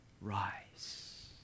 rise